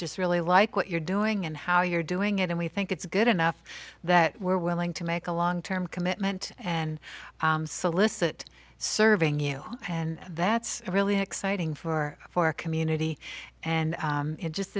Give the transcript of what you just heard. just really like what you're doing and how you're doing it and we think it's good enough that we're willing to make a long term commitment and solicit serving you and that's really exciting for for our community and